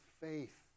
faith